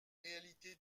réalité